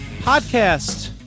podcast